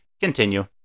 Continue